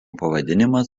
pavadinimas